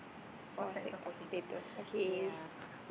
four sacks of potatoes ya